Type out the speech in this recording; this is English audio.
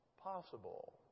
possible